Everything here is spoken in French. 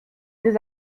des